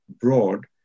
broad